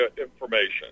information